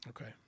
Okay